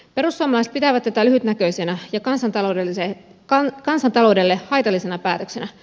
perussuomalaiset pitävät tätä lyhytnäköisenä ja kansantaloudelle haitallisena päätöksenä